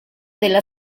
della